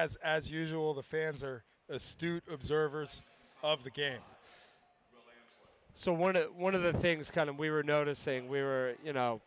as as usual the fans are a stude observers of the game so one one of the things kind of we were noticed saying we were you know